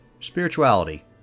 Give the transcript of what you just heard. spirituality